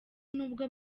nubwo